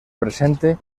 presente